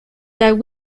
that